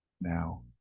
now